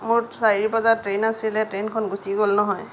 মোৰ চাৰি বজাত ট্ৰেইন আছিলে ট্ৰেইনখন গুচি গ'ল নহয়